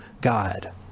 God